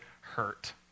hurt